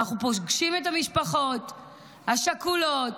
פוגשים את המשפחות השכולות,